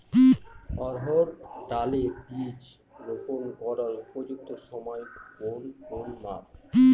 অড়হড় ডাল এর বীজ রোপন করার উপযুক্ত সময় কোন কোন মাস?